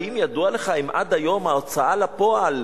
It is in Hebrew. האם ידוע לך אם עד היום ההוצאה לפועל